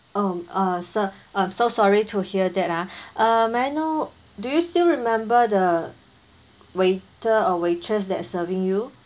um uh sir um so sorry to hear that ah uh may I know do you still remember the waiter or waitress that serving you